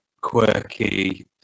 quirky